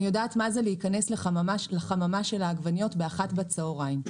אני יודעת מה זה להיכנס לחממה של העגבניות באחת בצוהריים.